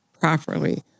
properly